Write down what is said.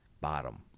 bottom